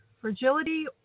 fragility